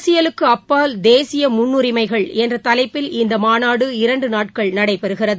அரசியலுக்கு அப்பால் தேசிய முன்னுரிமைகள் என்ற தலைப்பில் இந்த மாநாடு இரன்டு நாட்கள் நடைபெறுகிறது